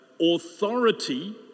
authority